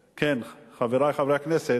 חברי חברי הכנסת,